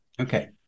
Okay